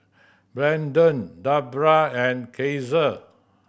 Brandan Debra and Caesar